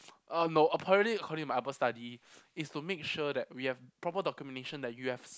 uh no apparently according to my upper study it's to make sure that we have proper documentation that you have